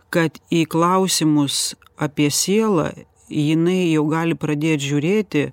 kad į klausimus apie sielą jinai jau gali pradėt žiūrėti